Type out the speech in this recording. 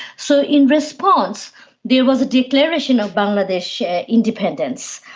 so in response there was a declaration of bangladesh independence,